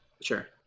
Sure